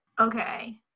Okay